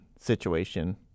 situation